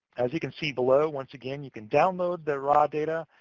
as you can see below, once again, you can download the raw data,